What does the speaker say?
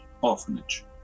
orphanage